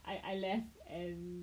I I left and